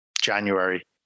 January